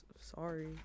Sorry